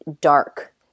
dark